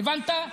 הבנת?